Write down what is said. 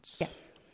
Yes